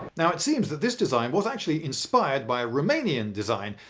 now it seems that this design was actually inspired by a romanian design.